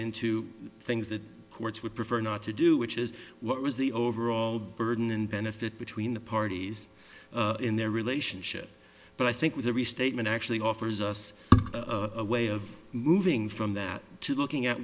into things the courts would prefer not to do which is what was the overall burden in benefit between the parties in their relationship but i think with a restatement actually offers us a way of moving from that to looking at